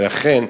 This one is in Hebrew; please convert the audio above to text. ואכן,